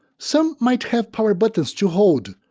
some might have power buttons to hold,